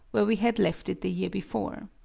where we had left it the year before.